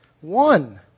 one